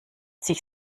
sich